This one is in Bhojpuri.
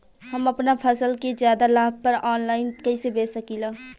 हम अपना फसल के ज्यादा लाभ पर ऑनलाइन कइसे बेच सकीला?